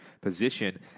position